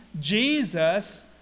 Jesus